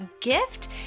gift